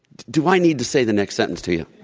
do i need to say the next sentence to you?